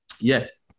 Yes